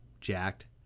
jacked